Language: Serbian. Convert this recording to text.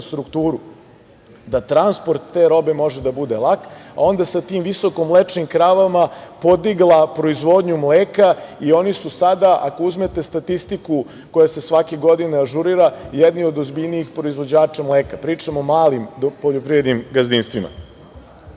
infrastrukturu da transport te robe može da bude lak, a onda sa tim visokomlečnim kravama podigla proizvodnju mleka i oni su sada, ako uzmete statistiku koja se svake godine ažurira, jedni od ozbiljnijih proizvođača mleka. Pričam o malim poljoprivrednim gazdinstvima. Mi